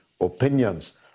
opinions